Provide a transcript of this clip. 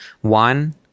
One